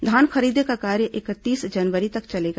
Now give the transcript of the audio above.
धान खरीदी का कार्य इकतीस जनवरी तक चलेगा